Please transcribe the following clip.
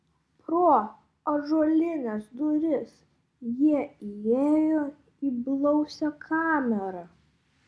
pro ąžuolines duris jie įėjo į blausią kamerą